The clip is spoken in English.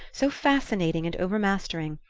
so fascinating and overmastering,